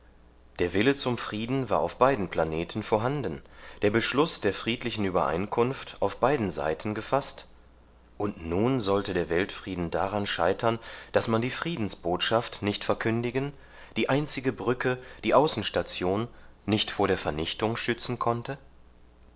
der wille zum frieden war auf beiden planeten vorhanden der beschluß der friedlichen übereinkunft auf beiden seiten gefaßt und nun sollte der weltfrieden daran scheitern daß man die friedensbotschaft nicht verkündigen die einzige brücke die außenstation nicht vor der vernichtung schützen konnte